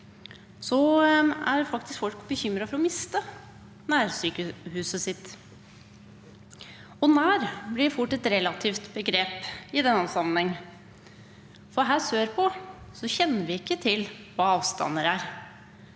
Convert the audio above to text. faktisk bekymret for å miste nærsykehuset sitt – og «nær» blir fort et relativt begrep i denne sammenhengen. Her sørpå kjenner vi ikke til hva avstander er.